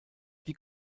die